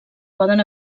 poden